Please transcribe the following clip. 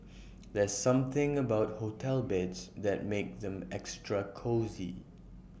there's something about hotel beds that makes them extra cosy